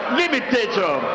limitation